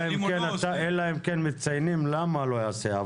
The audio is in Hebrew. אלא אם כן מציינים למה לא יעשה.